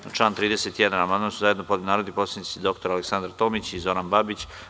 Na član 31. amandman su zajedno podneli narodni poslanici dr Aleksandra Tomić i Zoran Babić.